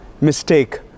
mistake